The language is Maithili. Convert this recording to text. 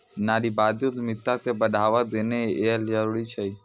नारीवादी उद्यमिता क बढ़ावा देना यै ल जरूरी छै